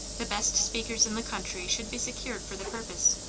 the best speakers in the country should be secured for the purpose.